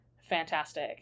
Fantastic